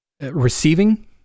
receiving